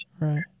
Right